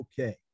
okay